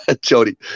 jody